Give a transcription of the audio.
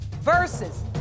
versus